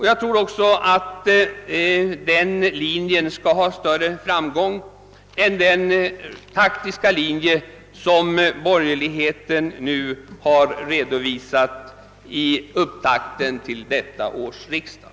Jag tror också att den linjen skall ha större framgång än den taktiska linje som borgerligheten nu har redovisat i upptakten till detta års riksdag.